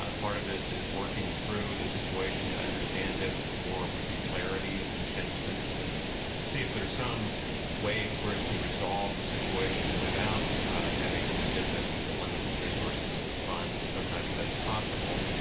ah part of this is working through the situation to understand it with more particularity in each instance and see if there's some way of course to resolve the situation without having to dip into the limited resources of the fund. sometimes that's possible,